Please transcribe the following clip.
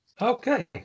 Okay